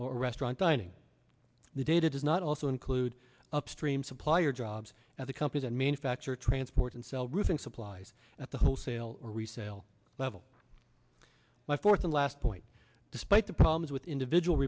or restaurant dining the data does not also include upstream supplier jobs at the company and manufacture transport and sell roofing supplies at the wholesale resale level my fourth and last point despite the problems with individual